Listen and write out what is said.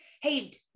Hey